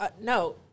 No